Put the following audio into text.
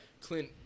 Clint